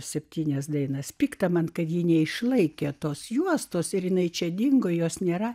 septynias dainas pikta man kad ji neišlaikė tos juostos ir jinai čia dingo jos nėra